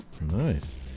Nice